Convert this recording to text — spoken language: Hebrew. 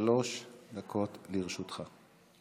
שלוש דקות לרשותך.